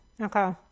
Okay